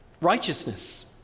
righteousness